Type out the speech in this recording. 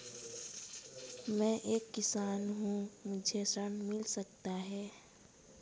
मैं एक किसान हूँ क्या मुझे ऋण मिल सकता है?